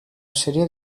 sèrie